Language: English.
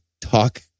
talk